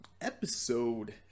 Episode